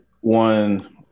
one